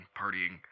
partying